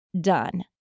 done